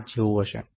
5 જેવું હશે